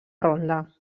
ronda